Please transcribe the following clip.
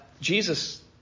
Jesus